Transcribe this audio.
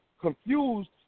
confused